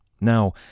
Now